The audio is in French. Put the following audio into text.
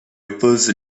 oppose